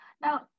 Now